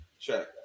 Check